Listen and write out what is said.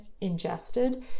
ingested